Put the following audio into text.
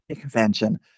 Convention